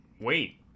Wait